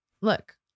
Look